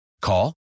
Call